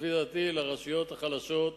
לפי דעתי, לרשויות החלשות,